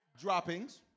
Droppings